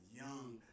young